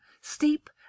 steep